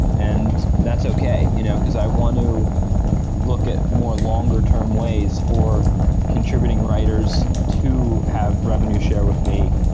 and that's okay, you know because i want to look at more longer-term ways for contributing writers to have revenue share with me.